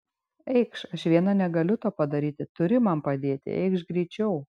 eikš aš viena negaliu to padaryti turi man padėti eikš greičiau